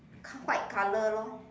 white color lor